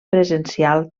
presencial